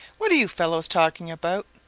what are you fellows talking about?